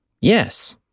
Yes